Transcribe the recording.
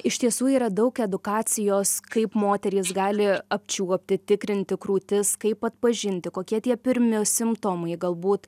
iš tiesų yra daug edukacijos kaip moterys gali apčiuopti tikrinti krūtis kaip atpažinti kokie tie pirmi simptomai galbūt